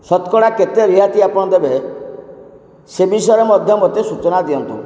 ଶତକଡ଼ା କେତେ ରିହାତି ଆପଣ ଦେବେ ସେ ବିଷୟରେ ମଧ୍ୟ ମୋତେ ସୂଚନା ଦିଅନ୍ତୁ